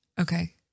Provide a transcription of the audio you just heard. Okay